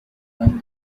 upon